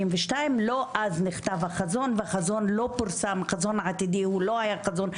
לא אז נכתב החזון והחזון לא פורסם החזון העתידי הוא לא היה חזון,